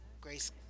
Grace